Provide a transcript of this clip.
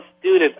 student